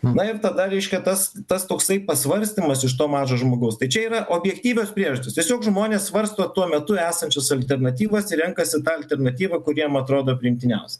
va ir tada reiškia tas tas toksai pasvarstymas iš to mažo žmogaus tai čia yra objektyvios priežastys tiesiog žmonės svarsto tuo metu esančias alternatyvas ir renkasi tą alternatyvą kuri jam atrodo priimtiniausia